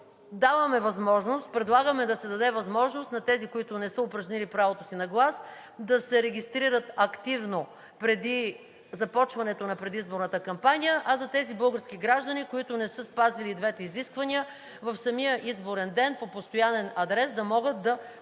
на 4 април, като предлагаме да се даде възможност на тези, които не са упражнили правото си на глас, да се регистрират активно преди започването на предизборната кампания, а за онези български граждани, които не са спазили двете изисквания, в самия изборен ден по постоянен адрес да могат да упражнят